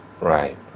Right